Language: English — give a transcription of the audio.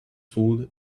food